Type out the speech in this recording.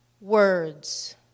words